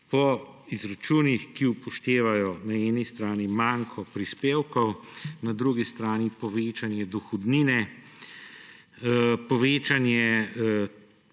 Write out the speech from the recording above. Po izračunih, ki upoštevajo na eni strani manko prispevkov, na drugi strani povečanje dohodnine, povečanje